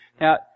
Now